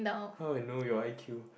how I know your I_Q